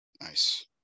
Nice